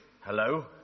Hello